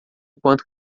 quanto